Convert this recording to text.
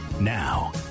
Now